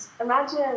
imagine